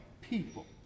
people